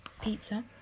Pizza